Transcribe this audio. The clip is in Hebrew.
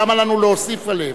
למה לנו להוסיף עליהן?